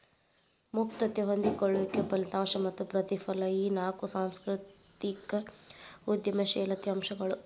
ಮುಕ್ತತೆ ಹೊಂದಿಕೊಳ್ಳುವಿಕೆ ಫಲಿತಾಂಶ ಮತ್ತ ಪ್ರತಿಫಲ ಈ ನಾಕು ಸಾಂಸ್ಕೃತಿಕ ಉದ್ಯಮಶೇಲತೆ ಅಂಶಗಳು